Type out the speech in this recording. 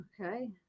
okay